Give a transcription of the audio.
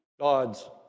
God's